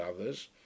others